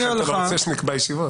לכן אתה לא רוצה שנקבע ישיבות.